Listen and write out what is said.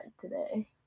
today